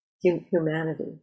humanity